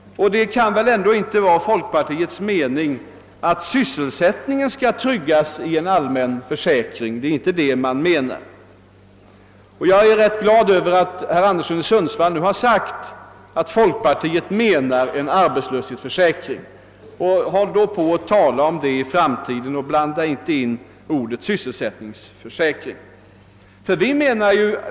Det kan väl ändå inte vara folkpartiets mening att sysselsättningen skall tryggas medelst en allmän försäkring; det är inte det man menar. Jag är rätt glad över att herr Anderson i Sundsvall nu har sagt att folkpartiet menar en arbetslöshetsförsäkring. Säg då detta i framtiden och blanda inte in ordet sysselsättningsförsäkring!